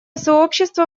сообщество